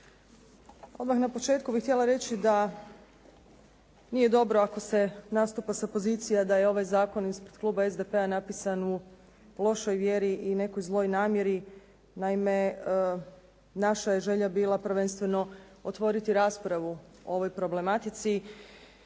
Odmah na početku bih htjela reći da nije dobro ako se nastupa sa pozicija da je ovaj zakon iz kluba SDP-a napisan u lošoj vjeri i nekoj zloj namjeri. Naime, naša je želja bila prvenstveno otvoriti raspravu o ovoj problematici,